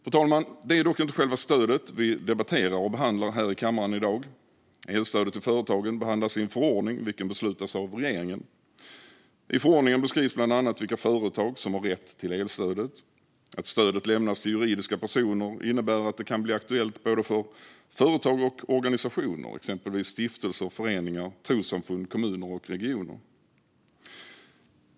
Fru talman! Det är dock inte själva stödet vi debatterar och behandlar i kammaren i dag. Elstödet till företagen behandlas i en förordning, vilken beslutas av regeringen. I förordningen beskrivs bland annat vilka företag som har rätt till elstödet. Att stödet lämnas till juridiska personer innebär att det kan bli aktuellt för både företag och organisationer, exempelvis stiftelser, föreningar, trossamfund, kommuner och regioner.